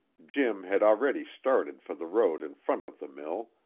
jim had already started for the road in front of the mill,